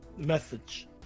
MESSAGE